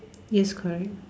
yes correct